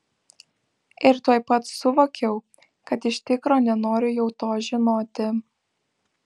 ir tuoj pat suvokiau kad iš tikro nenoriu jau to žinoti